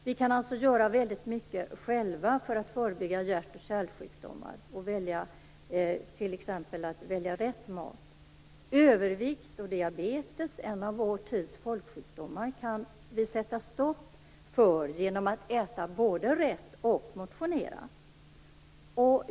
Vi kan alltså göra väldigt mycket själva för att förebygga hjärt och kärlsjukdomar och t.ex. välja rätt mat. Övervikt och diabetes, som är en av vår tids folksjukdomar, kan vi sätta stopp för genom att både äta rätt och motionera.